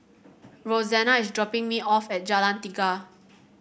Roxana is dropping me off at Jalan Tiga